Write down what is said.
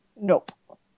nope